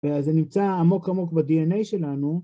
וזה נמצא עמוק עמוק ב-DNA שלנו